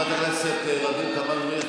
חברת הכנסת ע'דיר כמאל מריח,